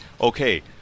okay